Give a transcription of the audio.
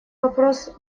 вопрос